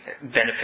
benefit